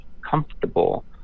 comfortable